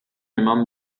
eman